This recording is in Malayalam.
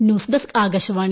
nude desk Akashvani